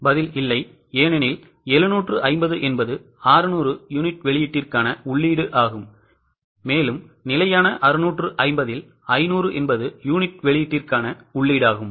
பதில் இல்லை ஏனெனில் 750 என்பது 600 யூனிட் வெளியீட்டிற்கான உள்ளீடாகும் நிலையான 650 இல் 500யூனிட்வெளியீட்டிற்கான உள்ளீடாகும்